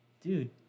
Dude